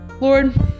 Lord